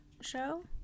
show